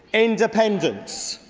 independence!